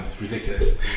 Ridiculous